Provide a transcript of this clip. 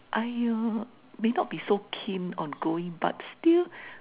I uh may not be so keen on going but still